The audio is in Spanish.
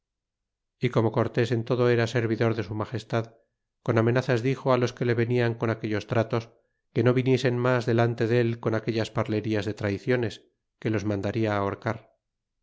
y como cortés en todo era servidor de su magestad con amenazas dixo los que le venian con aquellos tratos que no viniesen mas delante del con aquellas parlerias de traiciones que los mandaria ahorcar